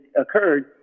occurred